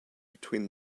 between